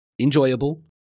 Enjoyable